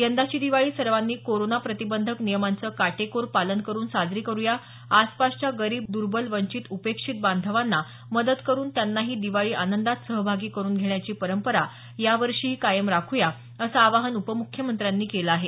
यंदाची दिवाळी सर्वांनी कोरोना प्रतिबंधक नियमांचं काटेकोर पालन करुन साजरी करुया आसपासच्या गरीब दुर्बल वंचित उपेक्षित बांधवांना मदत करुन त्यांनाही दिवाळी आनंदात सहभागी करुन घेण्याची परंपरा यावर्षीही कायम राखूया अस आवाहन उपमुख्यमत्र्यानी केलं आहे